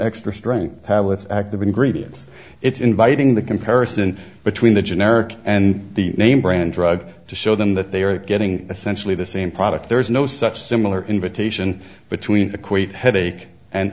extra strength have with active ingredients it's inviting the comparison between the generic and the name brand drug to show them that they are getting essentially the same product there is no such similar invitation between equate headache and